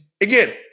again